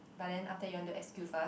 but then after that you want do S_Q first